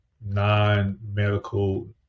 non-medical